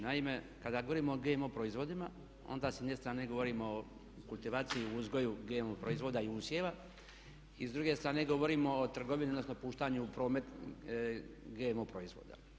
Naime, kada govorimo o GMO proizvodima, onda s jedne strane govorimo o kultivaciji i uzgoju GMO proizvoda i usjeva i s druge strane govorimo o trgovini, odnosno puštanju u promet GMO proizvoda.